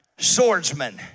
Swordsman